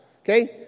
okay